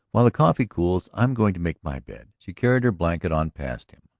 while the coffee cools, i'm going to make my bed. she carried her blanket on past him,